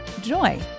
joy